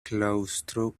claustro